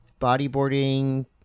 bodyboarding